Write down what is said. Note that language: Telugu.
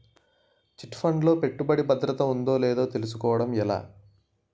చిట్ ఫండ్ లో పెట్టుబడికి భద్రత ఉందో లేదో తెలుసుకోవటం ఎలా?